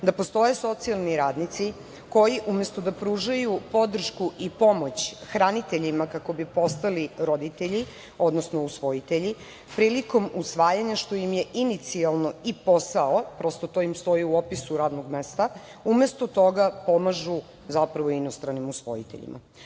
da postoje socijalni radnici koji umesto da pružaju podršku i pomoć hraniteljima kako bi postali roditelji, odnosno usvojitelji, prilikom usvajanja, što im je inicijalno i posao, prosto to im stoji u opisu radnog mesta, umesto toga, pomažu zapravo inostranim usvojiteljima. Takav